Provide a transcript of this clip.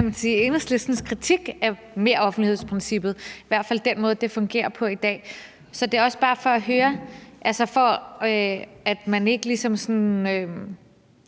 Enhedslistens kritik af meroffentlighedsprincippet – i hvert fald den måde, det fungerer på i dag. Så det er også bare for at høre, at det ikke er sådan,